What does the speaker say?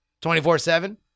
24-7